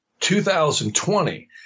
2020